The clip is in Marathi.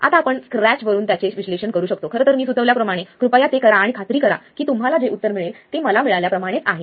आता आपण स्क्रॅचवरुन त्याचे विश्लेषण करू शकतो खरं तर मी सुचवल्याप्रमाणे कृपया ते करा आणि खात्री करा की तुम्हाला जे उत्तर मिळेल ते मला मिळाल्या प्रमाणेच आहे